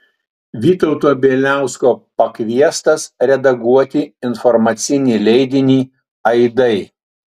vytauto bieliausko pakviestas redaguoti informacinį leidinį aidai